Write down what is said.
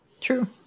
true